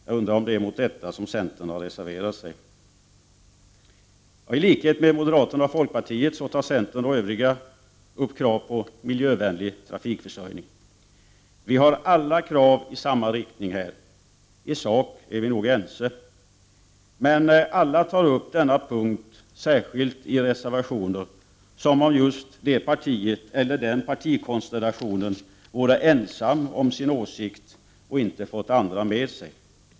Jag undrar om det är mot detta som centern har reserverat sig. I likhet med moderaterna och folkpartiet tar centern och övriga upp krav på miljövänlig trafikförsörjning. Vi har alla krav i samma riktning på den punkten. I sak är vi nog ense. Men alla tar upp denna punkt särskilt i reservationer, som om just det partiet eller den partikonstellationen vore ensam om sin åsikt och inte fått andra med sig.